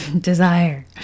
Desire